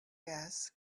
gas